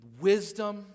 Wisdom